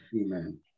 Amen